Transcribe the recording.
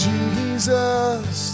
Jesus